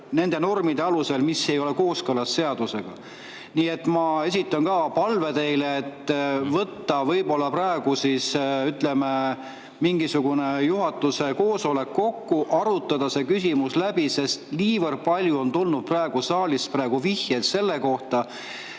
nende normide alusel, mis ei ole kooskõlas seadusega. Nii et ma esitan teile palve võtta võib-olla praegu, ütleme, mingisugune juhatuse koosolek kokku ja arutada see küsimus läbi, sest niivõrd palju on tulnud praegu saalist vihjeid selle kohta,